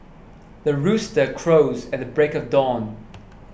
the rooster crows at the break of dawn